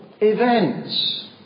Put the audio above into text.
Events